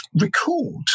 record